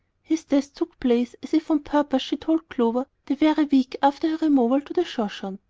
his death took place as if on purpose, she told clover, the very week after her removal to the shoshone.